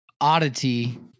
oddity